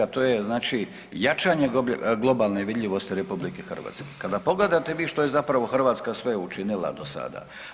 To je znači jačanje globalne vidljivosti RH kada pogledate vi što je zapravo Hrvatska sve učinila do sada.